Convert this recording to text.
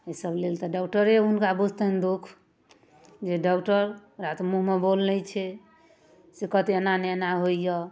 अइ सब लेल तऽ डॉक्टरे हुनका बुझतनि दुःख जे डॉक्टर ओकरा तऽ मुँहमे बोल नहि छै से कहतै एना नहि एना होइए